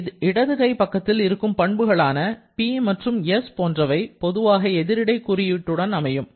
இந்த இடது கை பக்கத்தில் இருக்கும் பண்புகளான P மற்றும் S போன்றவை பொதுவாக எதிரிடை குறியீட்டுடன் அமையும்